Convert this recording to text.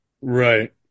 Right